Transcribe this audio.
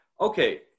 Okay